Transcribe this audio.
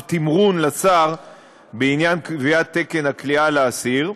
תמרון לשר בעניין קביעת תקן הכליאה לאסיר,